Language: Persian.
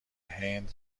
هند